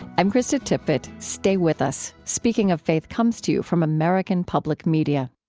i'm krista tippett. stay with us. speaking of faith comes to you from american public media